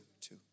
two